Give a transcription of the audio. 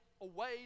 away